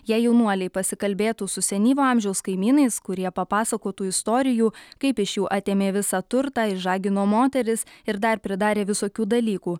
jei jaunuoliai pasikalbėtų su senyvo amžiaus kaimynais kurie papasakotų istorijų kaip iš jų atėmė visą turtą išžagino moteris ir dar pridarė visokių dalykų